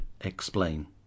explain